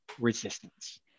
resistance